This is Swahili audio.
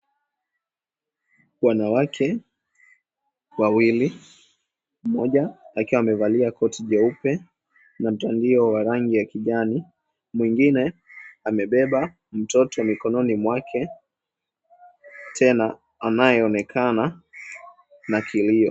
Wanawake wawili, mmoja akiwa amevalia koti jeupe na mtandio wa rangi ya kijani, mwingine amebeba mtoto mikononi mwake, tena anayeonekana na kilio.